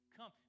Come